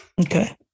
Okay